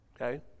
Okay